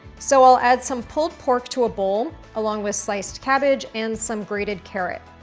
so i'll add some pulled pork to a bowl along with sliced cabbage and some grated carrot.